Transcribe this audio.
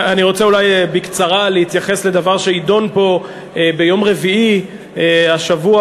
אני רוצה אולי בקצרה להתייחס לדבר שיידון פה ביום רביעי השבוע,